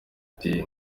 iti